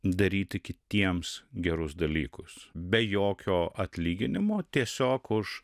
daryti kitiems gerus dalykus be jokio atlyginimo tiesiog už